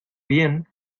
bien